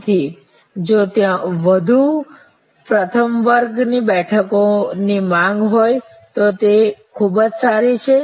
તેથી જો ત્યાં વધુ પ્રથમ વર્ગની બેઠકોની માંગ હોય તો તે ખૂબ જ સારી છે